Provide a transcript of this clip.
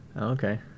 Okay